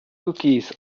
cookies